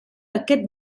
aquest